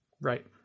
Right